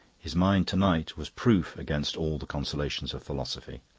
his mind to-night was proof against all the consolations of philosophy.